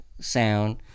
sound